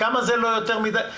כמה זה לא יותר מדי הרבה?